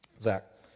Zach